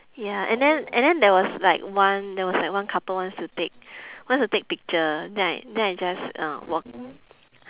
ya and then and then there was like one there was like one couple wants to take wants to take picture then I then I just uh walk